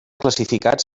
classificats